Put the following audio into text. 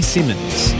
Simmons